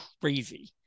crazy